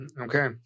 Okay